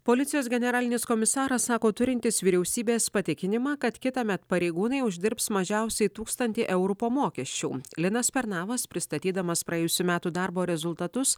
policijos generalinis komisaras sako turintis vyriausybės patikinimą kad kitąmet pareigūnai uždirbs mažiausiai tūkstantį eurų po mokesčių linas pernavas pristatydamas praėjusių metų darbo rezultatus